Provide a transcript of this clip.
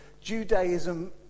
Judaism